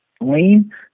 lean